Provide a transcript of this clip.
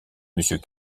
monsieur